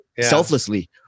Selflessly